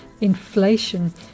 inflation